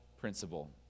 principle